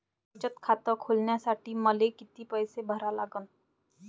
बचत खात खोलासाठी मले किती पैसे भरा लागन?